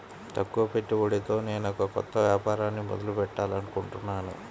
తక్కువ పెట్టుబడితో నేనొక కొత్త వ్యాపారాన్ని మొదలు పెట్టాలనుకుంటున్నాను